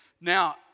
Now